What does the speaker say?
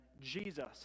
Jesus